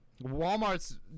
Walmart's